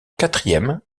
quatrième